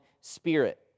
Spirit